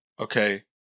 Okay